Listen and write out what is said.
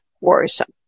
worrisome